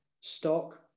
stock